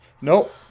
Nope